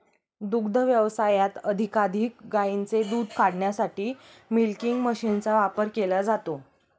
दुग्ध व्यवसायात अधिकाधिक गायींचे दूध काढण्यासाठी मिल्किंग मशीनचा वापर केला जातो